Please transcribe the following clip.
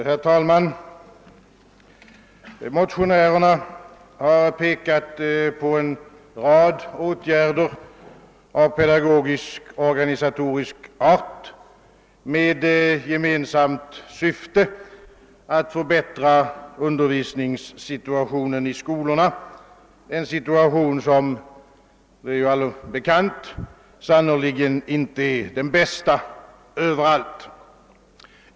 Herr talman! Motionärerna har pekat på en rad åtgärder av pedagogisk-organisatorisk art med gemensamt syfte att förbättra undervisningssituationen i skolorna, em situation som — det är allom bekant — överallt sannerligen inte är den bästa.